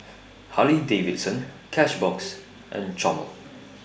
Harley Davidson Cashbox and Chomel